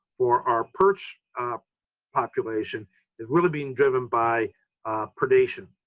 for our perch population is really being driven by predation.